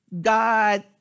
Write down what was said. God